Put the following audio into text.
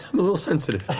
a little sensitive